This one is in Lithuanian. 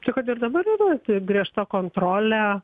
tai kad ir dabar yra griežta kontrolė